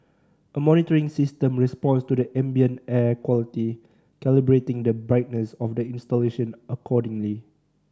a monitoring system responds to the ambient air quality calibrating the brightness of the installation accordingly